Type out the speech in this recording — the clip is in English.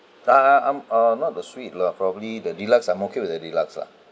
uh uh um um not the suite lah probably the deluxe I'm okay with the deluxe lah